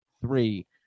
three